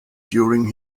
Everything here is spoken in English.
during